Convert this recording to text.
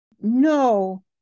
No